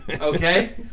Okay